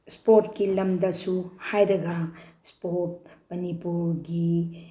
ꯏꯁꯄ꯭ꯔꯣꯠꯀꯤ ꯂꯝꯗꯁꯨ ꯍꯥꯏꯔꯒ ꯏꯁꯄ꯭ꯔꯣꯠ ꯃꯅꯤꯄꯨꯔꯒꯤ